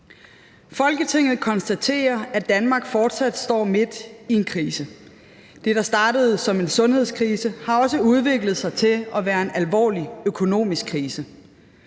»Folketinget konstaterer, at Danmark fortsat står midt i en krise. Det, der startede som en sundhedskrise, har også udviklet sig til at være en alvorlig økonomisk krise.